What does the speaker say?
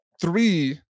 Three